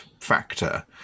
factor